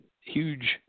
huge